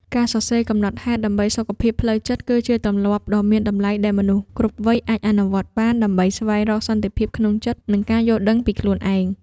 ការសរសេរកំណត់ហេតុដើម្បីសុខភាពផ្លូវចិត្ត គឺជាទម្លាប់ដ៏មានតម្លៃដែលមនុស្សគ្រប់វ័យអាចអនុវត្តបាន ដើម្បីស្វែងរកសន្តិភាពក្នុងចិត្ត និងការយល់ដឹងពីខ្លួនឯង។